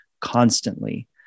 constantly